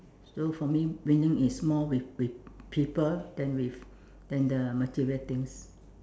so for me winning is more with with people than with than the material things